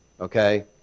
Okay